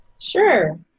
Sure